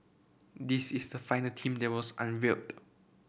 this is the final team there was unveiled